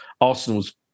Arsenal's